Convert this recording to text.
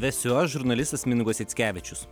vesiu aš žurnalistas mindaugas rickevičius